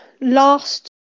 last